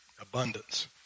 Abundance